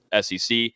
SEC